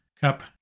Cup